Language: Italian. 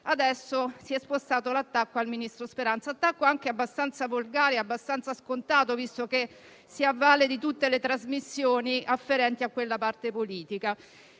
si è spostato sul ministro Speranza. È un attacco anche abbastanza volgare e scontato, visto che si avvale di tutte le trasmissioni afferenti a quella parte politica.